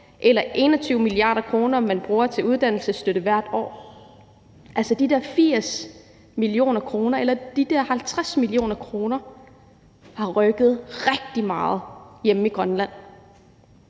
eller de 21 mia. kr., man bruger til uddannelsesstøtte hvert år, men altså, de der 80 mio. kr. eller de der 50 mio. kr. har rykket rigtig meget hjemme i Grønland.